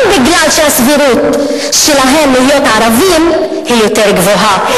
גם מפני שהסבירות שלהם להיות ערבים היא יותר גבוהה.